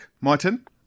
Martin